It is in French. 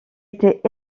était